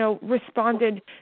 responded